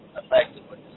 effectively